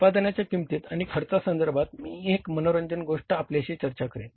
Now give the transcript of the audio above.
उत्पादनाच्या किंमती आणि खर्चासंदर्भात मी एक मनोरंजक गोष्ट आपल्याशी चर्चा करीन